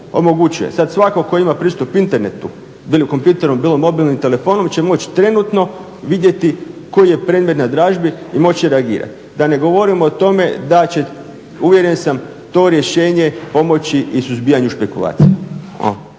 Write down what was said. omogućuje. Sad svatko tko ima pristup internetu bilo kompjuterom bilo mobilnim telefonom će moć trenutno vidjeti koji je predmet na dražbi i moć će reagirat. Da ne govorimo o tome da će uvjeren sam to rješenje pomoći i suzbijanju špekulacija.